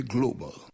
Global